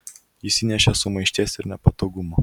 jis įnešė sumaišties ir nepatogumo